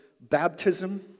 baptism